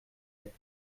aix